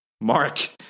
Mark